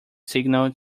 signal